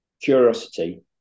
curiosity